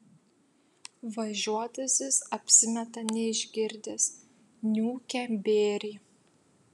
važiuotasis apsimeta neišgirdęs niūkia bėrį